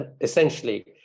essentially